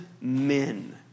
men